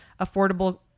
Affordable